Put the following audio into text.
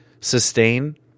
sustain